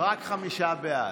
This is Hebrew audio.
רק חמישה בעד.